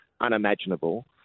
unimaginable